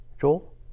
Joel